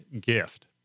gift